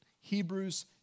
Hebrews